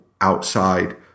outside